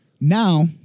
Now